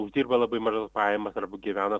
uždirba labai mažas pajamas arba gyvena